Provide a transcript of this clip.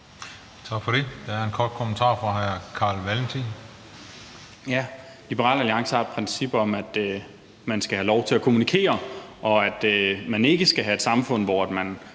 Tak for det. Der er en kort bemærkning fra hr. Carl Valentin. Kl. 20:51 Carl Valentin (SF): Liberal Alliance har et princip om, at man skal have lov til at kommunikere, og at man ikke skal have et samfund, hvor man